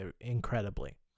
incredibly